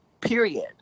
period